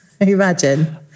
imagine